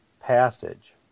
passage